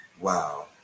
Wow